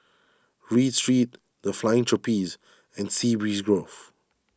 Read Street the Flying Trapeze and Sea Breeze Grove